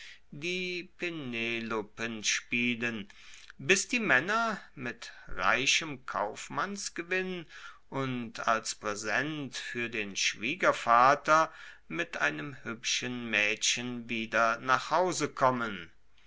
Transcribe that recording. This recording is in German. spielen bis die maenner mit reichem kaufmannsgewinn und als praesent fuer den schwiegervater mit einem huebschen maedchen wieder nach hause kommen